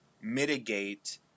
mitigate